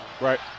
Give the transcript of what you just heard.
right